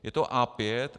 Je to A5.